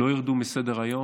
לא ירדו מסדר-היום,